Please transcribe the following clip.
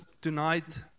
tonight